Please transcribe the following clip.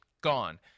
gone